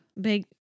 Big